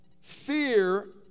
Fear